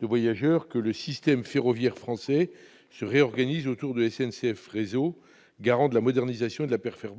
que le système ferroviaire français se réorganise autour de SNCF Réseau, garant de la modernisation